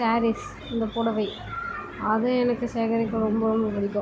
ஸேரீஸ் இந்த புடவை அது எனக்கு சேகரிக்க ரொம்ப ரொம்ப பிடிக்கும்